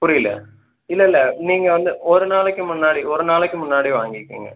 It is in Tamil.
புரியல இல்லைல்ல நீங்கள் வந்து ஒரு நாளைக்கு முன்னாடி ஒரு நாளைக்கு முன்னாடி வாங்கிக்கோங்க